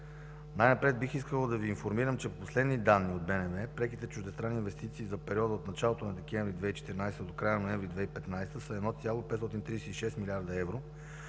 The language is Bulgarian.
Най-напред искам да Ви информирам, че по последни данни от БНБ преките чуждестранни инвестиции за периода от началото на декември 2014 до края на ноември 2015 г. са 1,536 млрд. евро,